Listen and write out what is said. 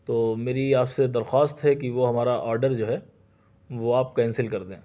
تو میری آپ سے درخواست ہے کہ وہ ہمارا آرڈر جو ہے وہ آپ کینسل کر دیں